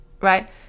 right